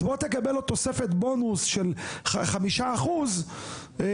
אז בוא תקבל עוד תוספת בונוס של 5% אם